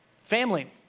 family